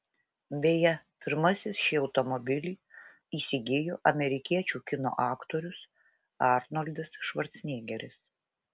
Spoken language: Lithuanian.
beje pirmasis šį automobilį įsigijo amerikiečių kino aktorius arnoldas švarcnegeris